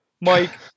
Mike